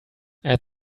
add